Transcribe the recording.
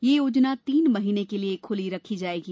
यह योजना तीन महीने के लिए खुली रखी जाएगी